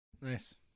Nice